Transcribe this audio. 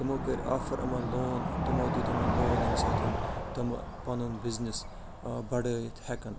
تِمو کٔرۍ آفر یِمن لون تِمو دِتۍ یِمن لون ییٚمہِ سۭتۍ تِمہٕ پنُن بِزنِس بَڑٲیِتھ ہٮ۪کن